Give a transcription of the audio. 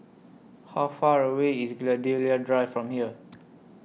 How Far away IS Gladiola Drive from here